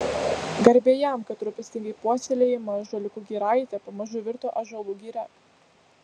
garbė jam kad rūpestingai puoselėjama ąžuoliukų giraitė pamažu virto ąžuolų giria